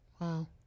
wow